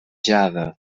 jade